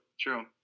True